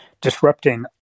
disrupting